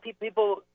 people